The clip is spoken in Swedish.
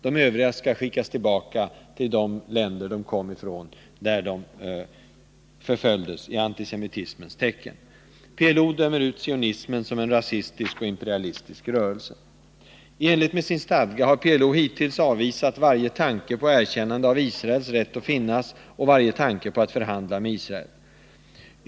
De övriga skall skickas tillbaka till de länder som de kom ifrån, där de hade förföljts i antisemitismens tecken. PLO dömer ut sionismen som en rasistisk och imperialistisk rörelse. I enlighet med sin stadga har PLO hittills avvisat varje tanke på erkännande av Israels rätt att finnas och varje tanke på att förhandla med Israel.